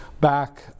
back